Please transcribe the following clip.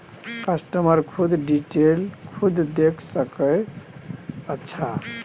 customer खुद detail खुद देख सके अच्छा